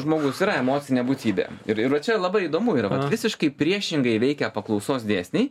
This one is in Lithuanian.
žmogus yra emocinė būtybė ir ir va čia labai įdomu yra visiškai priešingai veikia paklausos dėsniai